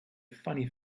funny